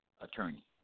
attorney